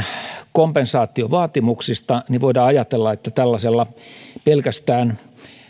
kompensaatiovaatimuksista niin voidaan ajatella että pelkästään